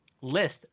list